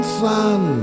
sun